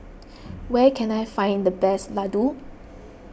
where can I find the best Laddu